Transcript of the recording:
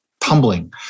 tumbling